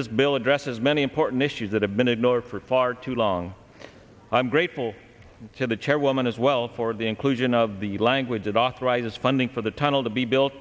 this bill addresses many important issues that have been ignored for far too long i'm grateful to the chairwoman as well for the inclusion of the language it authorizes funding for the tunnel to be built